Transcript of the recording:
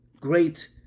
great